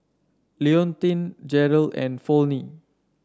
Leontine Jerrell and Volney